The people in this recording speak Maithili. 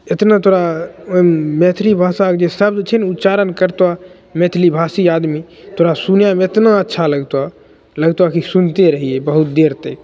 एतना तोरा ओहिमे मैथिली भाषाके शब्द छै ने उच्चारण करतऽ मैथिलीभाषी आदमी तोरा सुनैमे एतना अच्छा लगतऽ लगतऽ कि सुनिते रहिए बहुत देर तक